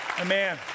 Amen